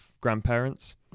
grandparents